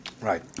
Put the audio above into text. Right